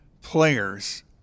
players